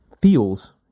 feels